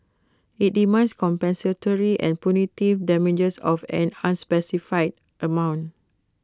IT demands compensatory and punitive damages of an unspecified amount